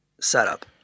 setup